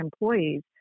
employees